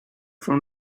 from